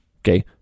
okay